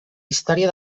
història